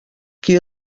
qui